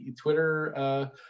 Twitter